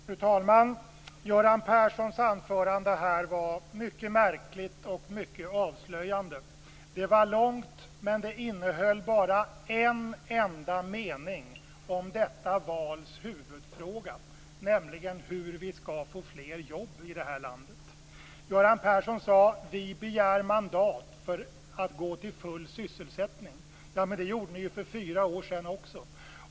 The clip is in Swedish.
Fru talman! Göran Perssons anförande var mycket märkligt och avslöjande. Det var långt, men det innehöll bara en enda mening om detta vals huvudfråga, nämligen hur vi skall få fler jobb i landet. Göran Persson sade att "vi begär mandat för att gå till full sysselsättning". Det gjorde ni för fyra år sedan också.